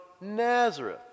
Nazareth